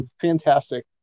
Fantastic